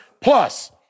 plus